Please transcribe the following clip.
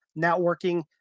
networking